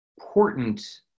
important